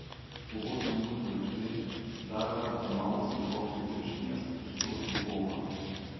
kovos menų žvaigždė dar kartą mausis bokso pirštines ir stos į kovą